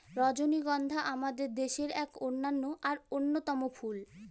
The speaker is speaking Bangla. রজনীগন্ধা আমাদের দেশের এক অনন্য আর অন্যতম ফুল